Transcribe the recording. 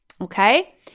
Okay